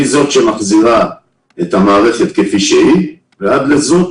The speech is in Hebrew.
מזאת שמחזירה את המערכת כפי שהיא ועד לזאת